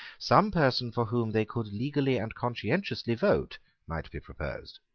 some person for whom they could legally and conscientiously vote might be proposed.